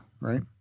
right